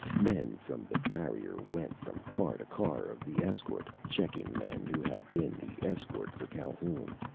men from the barrier went from car to car of the escort, checking men who had been the escort for calhoun.